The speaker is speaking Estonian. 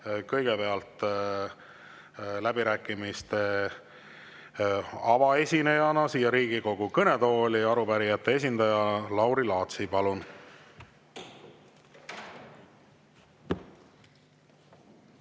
kõigepealt läbirääkimiste avaesinejaks siia Riigikogu kõnetooli arupärijate esindaja Lauri Laatsi. Palun!